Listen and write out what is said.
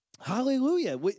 Hallelujah